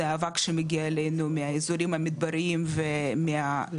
זה האבק שמגיע אלינו מהאזורים המדבריים ומאירופה,